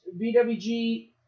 BWG